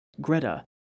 Greta